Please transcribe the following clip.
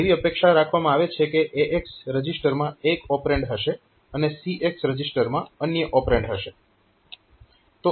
એવી અપેક્ષા રાખવામાં આવે છે કે AX રજીસ્ટરમાં એક ઓપરેન્ડ હશે અને CX રજીસ્ટરમાં અન્ય ઓપરેન્ડ હશે